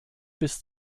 bis